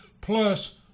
plus